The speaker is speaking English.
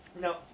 No